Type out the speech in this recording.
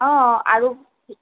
অঁ আৰু